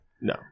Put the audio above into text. No